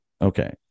Okay